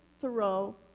Thoreau